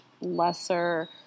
lesser